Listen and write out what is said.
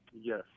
Yes